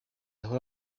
ahura